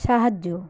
সাহায্য